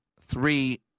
three